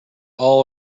all